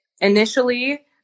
initially